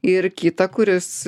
ir kitą kuris